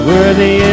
Worthy